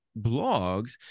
blogs